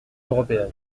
européenne